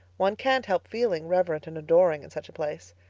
one can't help feeling reverent and adoring in such a place.